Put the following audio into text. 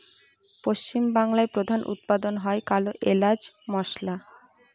পশ্চিম বাংলায় প্রধান উৎপাদন হয় কালো এলাচ মসলা